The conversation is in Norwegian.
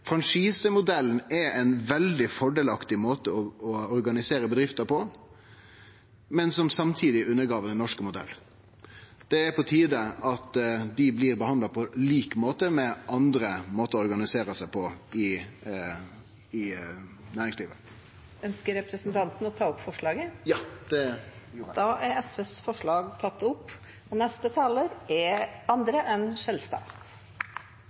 er en veldig fordelaktig måte å organisere bedrifter på, men som samtidig undergrev den norske modellen. Det er på tide at dei blir behandla på lik måte som andre måtar å organisere seg på i næringslivet. Ønsker representanten å ta opp forslaget? Ja, det gjer eg. Da har representanten Torgeir Knag Fylkesnes tatt opp